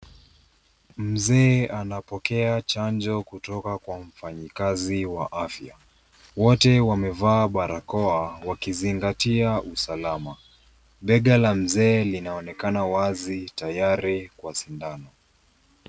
Mzee anapokea chanjo kutoka kwa mfanyikazi wa afya. Wote wamevaa barakoa kuzingatia usalama. Bega la mzee linaonekana wazi tayari kwa sindano.